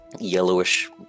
yellowish